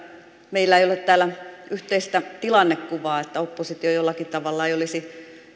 meillä ei ole täällä yhteistä tilannekuvaa että oppositio jollakin tavalla ei olisi